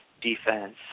defense